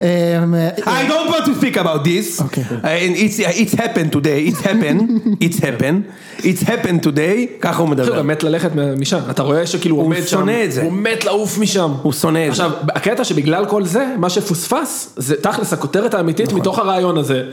I don't want to speak about this, it's happened today, it's happened, it's happened, it's happened today, ככה הוא מדבר. הוא גם מת ללכת משם, אתה רואה שכאילו הוא עומד שם. הוא שונא את זה. הוא מת לעוף משם. הוא שונא את זה. עכשיו, הקטע שבגלל כל זה, מה שפוספס, זה תכל'ס הכותרת האמיתית מתוך הרעיון הזה.